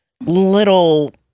little